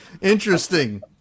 Interesting